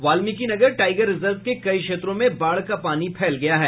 Valmikinagar tiger reserve के कई क्षेत्रों में बाढ़ का पानी फैल गया है